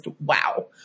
wow